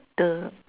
the